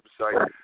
website